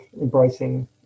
embracing